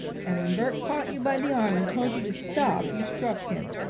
and when bert caught you by the arm and told you to stop you struck him.